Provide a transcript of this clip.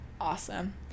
awesome